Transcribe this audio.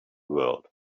world